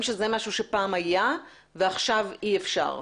שזה משהו שפעם היה ועכשיו אי אפשר?